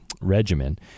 regimen